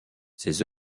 ses